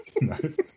Nice